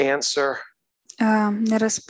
Answer